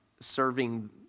serving